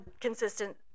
consistent